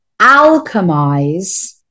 alchemize